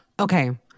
Okay